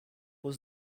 was